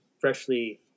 freshly